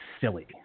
silly